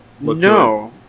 No